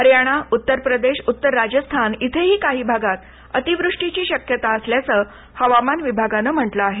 हरयाणा उत्तर प्रदेश उत्तर राजस्थान इथेही काही भागात अतिवृष्टीची शक्यता असल्याचं हवामान विभागानं म्हटलं आहे